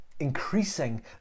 increasing